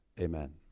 amen